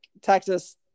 texas